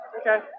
Okay